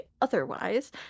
otherwise